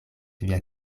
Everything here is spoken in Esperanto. via